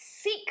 seek